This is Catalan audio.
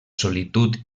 solitud